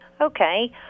Okay